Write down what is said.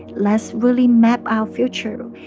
let's really map our future.